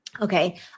Okay